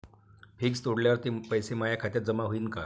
Fix तोडल्यावर ते पैसे माया खात्यात जमा होईनं का?